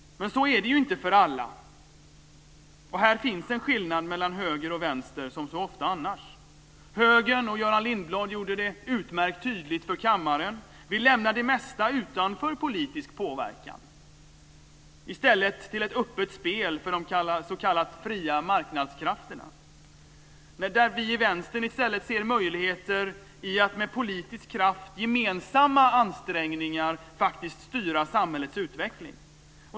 Så är det inte för alla, och här finns en skillnad mellan höger och vänster, som så ofta annars. Högern - och Göran Lindblad gjorde det utmärkt tydligt för kammaren - vill lämna det mesta utanför politisk påverkan, till ett öppet spel för de s.k. fria marknadskrafterna. Vi i Vänstern ser i stället möjligheter i att med politisk kraft och gemensamma ansträngningar styra samhällets utveckling.